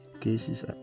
cases